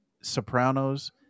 Sopranos